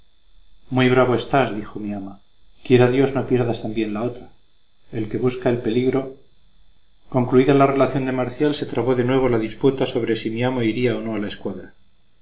muy bravo estás dijo mi ama quiera dios no pierdas también la otra el que busca el peligro concluida la relación de marcial se trabó de nuevo la disputa sobre si mi amo iría o no a la escuadra